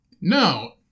No